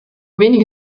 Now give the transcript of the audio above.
wenige